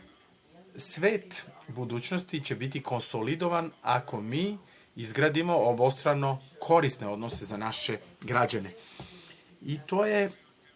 budućnosti će biti konsolidovan ako mi izgradimo obostrano korisne odnose za naše građane,